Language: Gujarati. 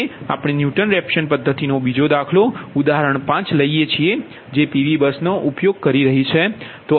હવે આપણે ન્યુટન રેફસન પદ્ધતિનો બીજો દાખલો ઉદાહરણ 5 લઈએ છીએ જે PV બસનો ઉપયોગ કરી રહી છે